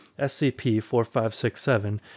SCP-4567